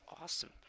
awesome